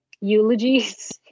eulogies